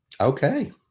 Okay